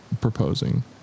proposing